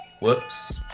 Whoops